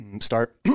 start